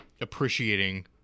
appreciating